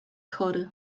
chory